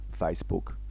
facebook